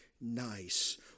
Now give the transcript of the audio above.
nice